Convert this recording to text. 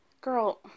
Girl